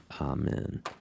Amen